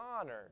honored